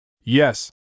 Yes